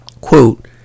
Quote